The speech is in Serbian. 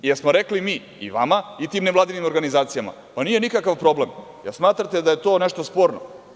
Jel smo rekli mi i vama i tim nevladinim organizacijama – nije nikakav problem, jel smatrate da je to nešto sporno?